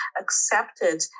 accepted